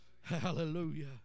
Hallelujah